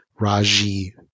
Raji